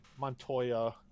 montoya